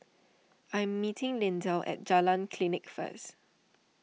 I am meeting Lindell at Jalan Klinik first